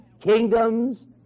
kingdoms